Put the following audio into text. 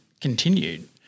continued